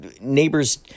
neighbors